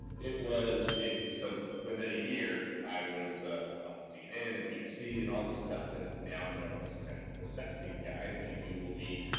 it was. so within a year i was on cnn and bbc and all this stuff, and now i'm known as kind of the sexting guy, and if you google me,